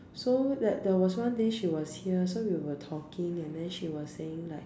so that there was one day she was here so we were talking and then she was saying like